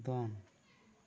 ᱫᱚᱱ